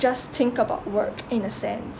just think about work in a sense